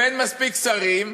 ואין מספיק שרים,